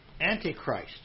antichrist